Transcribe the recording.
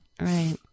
Right